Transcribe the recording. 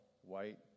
white